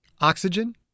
Oxygen